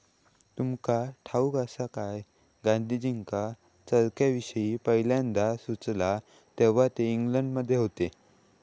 तुमका ठाऊक आसा काय, गांधीजींका चरख्याविषयी पयल्यांदा सुचला तेव्हा ते इंग्लंडमध्ये होते